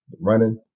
running